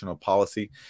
Policy